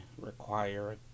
require